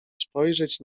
spojrzeć